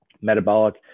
metabolic